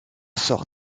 sort